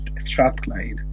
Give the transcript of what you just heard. Strathclyde